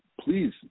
please